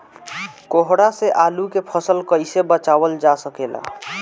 कोहरा से आलू के फसल कईसे बचावल जा सकेला?